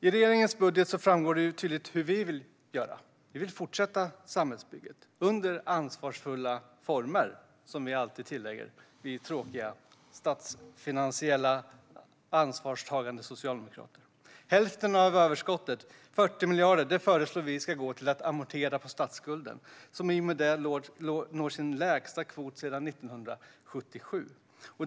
I regeringens budget framgår tydligt hur vi vill göra. Vi vill fortsätta samhällsbygget under ansvarsfulla former, som vi alltid tillägger - vi tråkiga för statsfinanserna ansvarstagande socialdemokrater. Hälften av överskottet, 40 miljarder, föreslår vi ska gå till att amortera på statsskulden, som i och med det når sin lägsta kvot sedan 1977.